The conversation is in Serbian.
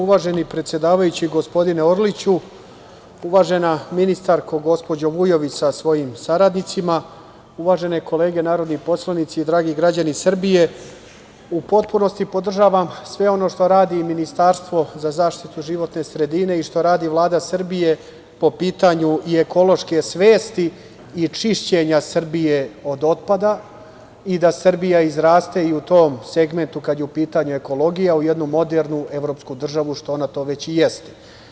Uvaženi predsedavajući, gospodine Orliću, uvažena ministarko, gospođo Vujović, sa svojim saradnicima, uvažene kolege narodni poslanici, dragi građani Srbije, u potpunosti podržavam sve ono što radi Ministarstvo za zaštitu životne sredine i što radi Vlada Srbije po pitanju ekološke svesti i čišćenja Srbije od otpada i da Srbija izraste u tom segmentu, kada je u pitanju ekologija, u jednu modernu evropsku državu, što već i jeste.